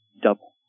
double